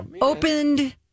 Opened